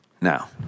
Now